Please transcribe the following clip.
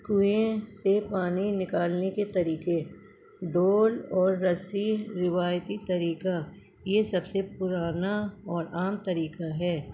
کنوئیں سے پانی نکالنے کے طریقے ڈول اور رسی روایتی طریقہ یہ سب سے پرانا اور عام طریقہ ہے